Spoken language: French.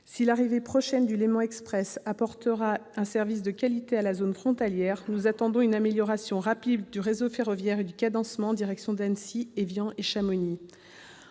Si l'arrivée prochaine du Léman Express offrira un service de qualité à la zone frontalière, nous attendons une amélioration rapide du réseau ferroviaire et du cadencement en direction d'Annecy, Évian et Chamonix.